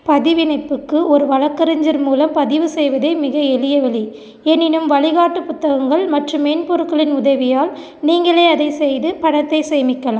பதிவிணைப்புக்கு ஒரு வழக்கறிஞர் மூலம் பதிவுசெய்வதே மிக எளிய வழி எனினும் வழிகாட்டு புத்தகங்கள் மற்றும் மென்பொருட்களின் உதவியால் நீங்களே அதைச் செய்து பணத்தைச் சேமிக்கலாம்